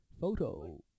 photo